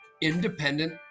independent